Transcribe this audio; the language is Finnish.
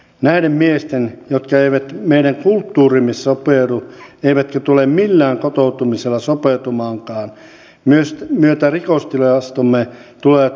näiden miesten jotka eivät meidän kulttuuriimme sopeudu eivätkä tule millään kotoutumisella sopeutumaankaan myötä rikostilastomme tulevat räjähtämään